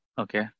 Okay